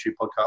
podcast